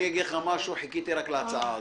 אני אגיד לך משהו, חיכיתי רק להצעה הזאת.